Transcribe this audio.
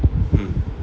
mm